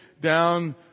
down